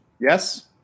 Yes